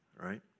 right